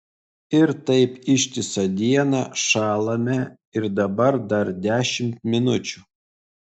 ir taip ištisą dieną šąlame ir dabar dar dešimt minučių